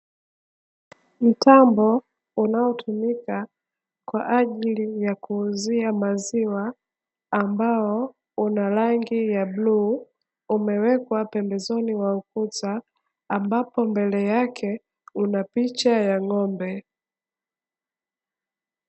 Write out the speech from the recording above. Mtambo unaotumika kwa ajili ya kuuzia maziwa, ambao una rangi ya bluu, umewekwa pembezoni mwa ukuta, ambapo mbele yake, una picha ya ng'ombe.